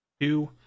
two